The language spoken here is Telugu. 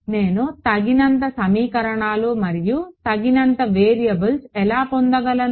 నేను తగినంత సమీకరణాలు మరియు తగినంత వేరియబుల్స్ ఎలా పొందగలను